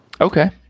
Okay